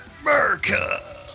America